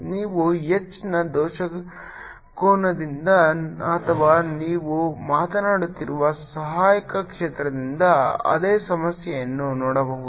ನೀವು H ನ ದೃಷ್ಟಿಕೋನದಿಂದ ಅಥವಾ ನೀವು ಮಾತನಾಡುತ್ತಿರುವ ಸಹಾಯಕ ಕ್ಷೇತ್ರದಿಂದ ಅದೇ ಸಮಸ್ಯೆಯನ್ನು ನೋಡಬಹುದು